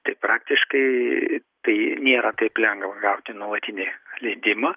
tai praktiškai tai nėra taip lengva gauti nuolatinį leidimą